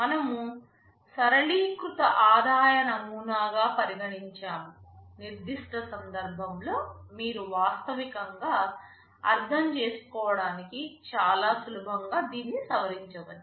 మనము సరళీకృత ఆదాయ నమూనాగా పరిగణించాము నిర్దిష్ట సందర్భంలో మీరు వాస్తవికంగా అర్థం చేసుకోవడానికి చాలా సులభంగా దీనిని సవరించవచ్చు